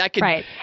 Right